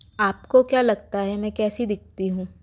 आपको क्या लगता है मैं कैसी दिखती हूँ